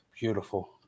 beautiful